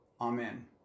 amen